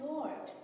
Lord